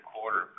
quarter